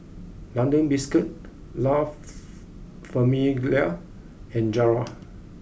London Biscuits La Famiglia and Zara